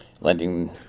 lending